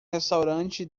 restaurante